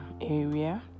area